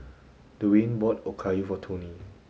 Dewayne bought Okayu for Toney